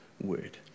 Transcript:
word